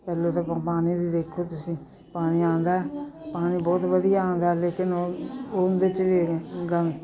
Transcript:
ਪਹਿਲਾਂ ਤਾਂ ਪ ਪਾਣੀ ਦੀ ਦੇਖੋ ਤੁਸੀਂ ਪਾਣੀ ਆਉਂਦਾ ਪਾਣੀ ਬਹੁਤ ਵਧੀਆ ਆਉਂਦਾ ਲੇਕਿਨ ਉਹ ਉਹਦੇ 'ਚ ਵੀ ਗੰਦ